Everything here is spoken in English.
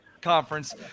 conference